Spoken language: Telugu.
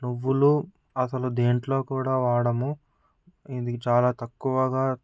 నువ్వులు అసలు దేంట్లో కూడా వాడము ఇవి చాలా తక్కువగా